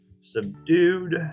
subdued